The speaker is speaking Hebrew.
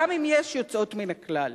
גם אם יש יוצאות מן הכלל.